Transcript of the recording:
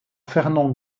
fernand